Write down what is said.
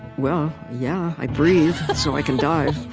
well, yeah i breathe. so i can dive.